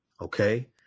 Okay